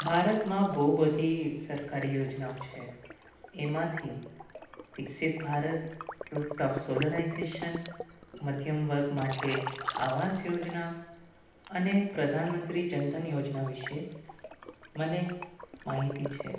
ભારતમાં બહુ બધી સરકારી યોજનાઓ છે એમાંથી વિકસિત ભારત રૂફ ટોપ સોલરાઈઝેશન મધ્યમ વર્ગ માટે આવાસ યોજના અને પ્રધાનમંત્રી જન ધન યોજના વિષે મને માહિતી છે